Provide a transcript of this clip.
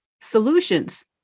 solutions